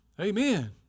Amen